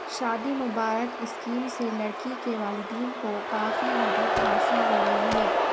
شادی مبارک اسکیم سے لڑکی کے والدین کو کافی مدد حاصل ہو رہی ہے